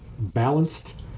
balanced